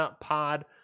Pod